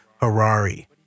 Harari